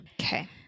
okay